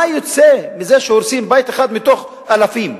מה יוצא מזה שהורסים בית אחד מתוך אלפים?